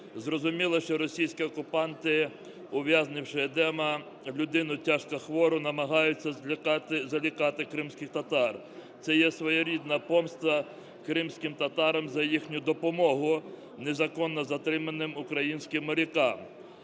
Зрозуміло, що російські окупанти, ув'язнивши Едема, людину тяжкохвору, намагаються залякати кримських татар. Це є своєрідна помста кримським татарам за їхню допомогу незаконно затриманим українським моряком.